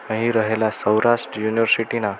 અહીં રહેલા સૌરાષ્ટ્ર યુનિવર્સિટીના